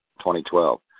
2012